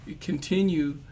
continue